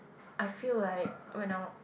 I feel like when I